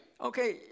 Okay